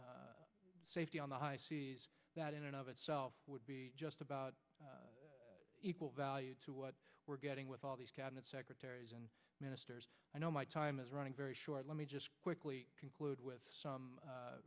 safety on the high that in and of itself would be just about equal value to what we're getting with all these cabinet secretaries and ministers i know my time is running very short let me just quickly conclude with some